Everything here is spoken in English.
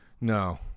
No